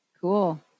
Cool